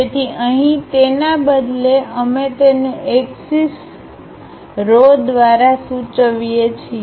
તેથી અહીં તેના બદલે અમે તેને એક્સિસ રો દ્વારા સૂચવીએ છીએ